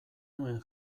nuen